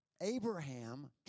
Abraham